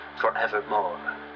forevermore